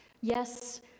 yes